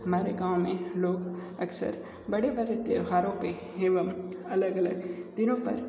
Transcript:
हमारे गाँव में लोग अक्सर बड़े बड़े त्योहारों पर एवं अलग अलग दिनों पर